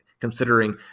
considering